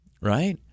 right